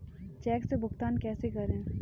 Check से भुगतान कैसे करें?